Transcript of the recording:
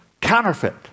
counterfeit